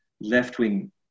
left-wing